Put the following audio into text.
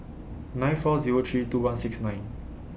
nine four Zero three two one six nine